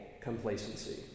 complacency